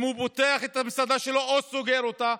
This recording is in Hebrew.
אם הוא פותח את המסעדה שלו או סוגר אותה,